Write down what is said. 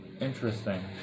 Interesting